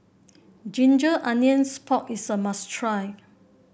Ginger Onions Pork is a must try